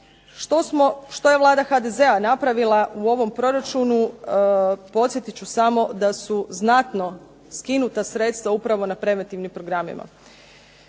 Što je vlada HDZ-a napravila u ovom proračunu, podsjetit ću samo da su znatno skinuta sredstva upravo na preventivnim programima.